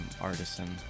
Artisan